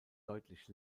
deutlich